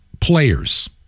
players